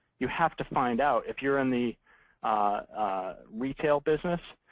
you have to find out if you're in the retail business,